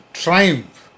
triumph